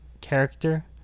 character